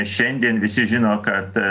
šiandien visi žino kad